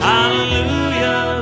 Hallelujah